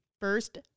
First